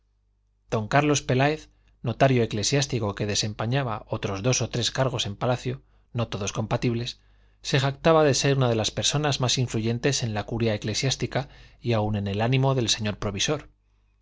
don carlos peláez notario eclesiástico que desempeñaba otros dos o tres cargos en palacio no todos compatibles se jactaba de ser una de las personas más influyentes en la curia eclesiástica y aun en el ánimo del señor provisor